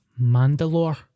Mandalore